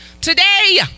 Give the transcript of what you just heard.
today